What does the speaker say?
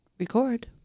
record